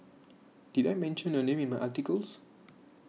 did I mention your name in my articles